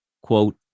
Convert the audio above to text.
quote